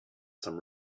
some